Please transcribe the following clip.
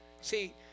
See